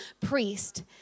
priest